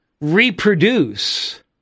reproduce